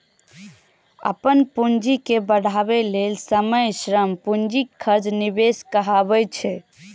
अपन पूंजी के बढ़ाबै लेल समय, श्रम, पूंजीक खर्च निवेश कहाबै छै